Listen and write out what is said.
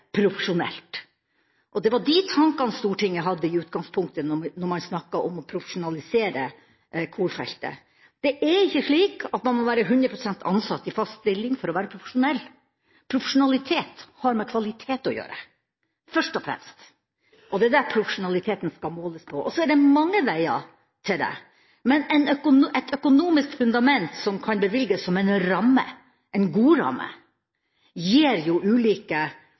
Det var de tankene Stortinget i utgangspunktet hadde da man snakket om å profesjonalisere korfeltet. Det er ikke slik at man må være 100 pst. ansatt i fast stilling for å være profesjonell. Profesjonalitet har først og fremst med kvalitet å gjøre. Det er det profesjonaliteten skal måles på. Så er det mange veier til det, men et økonomisk fundament som kan bevilges som en ramme, en god ramme, gir ulike